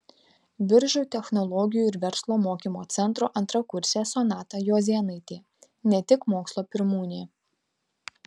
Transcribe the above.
biržų technologijų ir verslo mokymo centro antrakursė sonata juozėnaitė ne tik mokslo pirmūnė